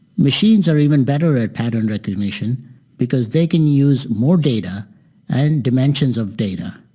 machines are even better at pattern recognition because they can use more data and dimensions of data.